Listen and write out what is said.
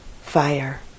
fire